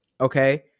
Okay